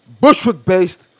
Bushwick-based